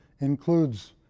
includes